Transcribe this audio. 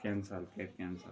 cancel کَرِ cancel